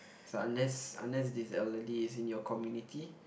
so unless unless these elderlies is in your community